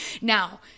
Now